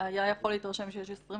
היה יכול להתרשם שיש 22